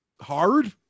hard